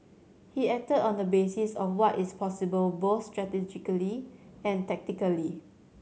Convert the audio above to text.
he acted on the basis of what is possible both strategically and tactically